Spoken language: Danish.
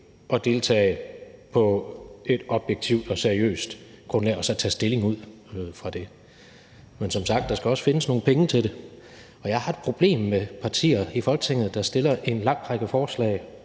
og deltage på et objektivt og seriøst grundlag og så tage stilling ud fra det. Men som sagt skal der også findes nogle penge til det, og jeg har et problem med partier i Folketinget, der fremsætter en lang række forslag